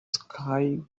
sky